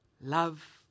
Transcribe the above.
Love